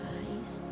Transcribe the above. eyes